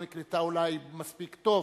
היא לא נקלטה אולי מספיק טוב,